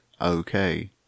okay